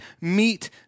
meet